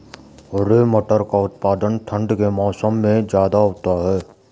हरे मटर का उत्पादन ठंड के मौसम में ज्यादा होता है